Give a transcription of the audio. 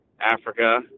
Africa